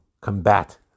combat